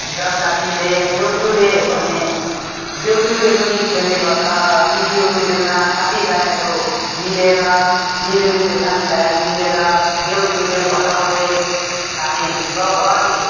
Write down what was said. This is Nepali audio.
जानजातिले देउसिरे भन्ने देउसिरे पनि खेल्ने गर्छ र ती देउसिरेमा साथी भाइहरू मिलेर मिल्ने मिल्ने साथी भाइहरू मिलेर देउसिरे भट्ट्याउँदै हामी गाउँभरि